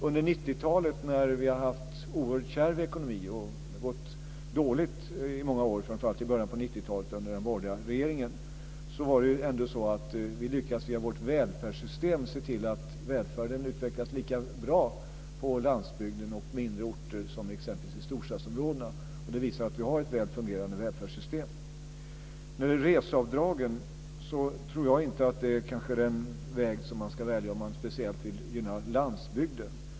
Under 90-talet då vi hade en oerhört kärv ekonomi och då det gick dåligt i många år, framför allt i början av 90-talet under den borgerliga regeringen, lyckades vi ändå genom vårt välfärdssystem se till att välfärden utvecklades lika bra på landsbygden och på mindre orter som exempelvis i storstadsområdena. Det visar att vi har ett väl fungerande välfärdssystem. Reseavdragen tror jag kanske inte är den väg som ska väljas om man speciellt vill gynna landsbygden.